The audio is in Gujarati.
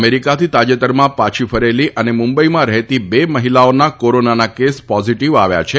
અમેરિકાથી તાજેતરમાં પાછી ફરેલી અને મુંબઈમાં રહેતી બે મહિલાઓના કોરોનાના કેસ પોઝિટિવ આવ્યા છે